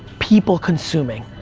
people consuming.